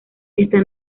está